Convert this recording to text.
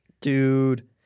Dude